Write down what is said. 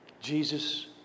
Jesus